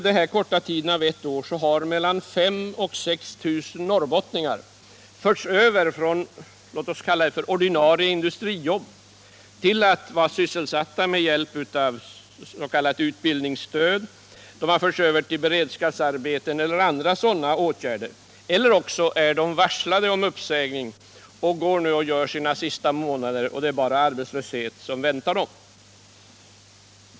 På ett år har mellan 5 000 och 6 000 norrbottningar förts över från ordinarie industrijobb till att bli sysselsatta genom s.k. utbildningsstöd, de har fått beredskapsarbeten eller liknande eller är varslade om uppsägning och gör nu sina sista månader, det är bara arbetslöshet som väntar dem.